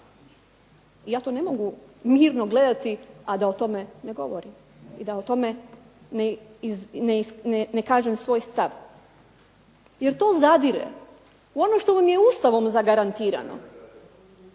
I ja to ne mogu mirno gledati, a da o tome ne govorim i da o tome ne kažem svoj stav, jer to zadire u ono što vam je Ustavom zagarantirano